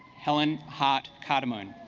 helen hart carter moon